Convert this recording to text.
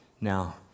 now